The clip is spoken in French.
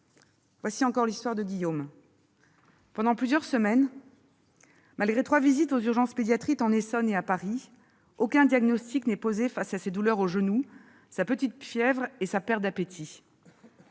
Voici encore l'histoire de Guillaume : pendant plusieurs semaines, malgré trois visites aux urgences pédiatriques en Essonne et à Paris, aucun diagnostic n'est posé face à ses douleurs au genou, sa petite fièvre et sa perte d'appétit.